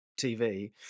TV